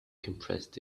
compressed